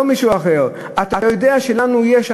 לא מישהו אחר: אתה יודע שלנו יש.